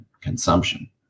consumption